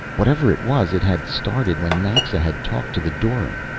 whatever it was, it had started when naxa had talked to the dorym.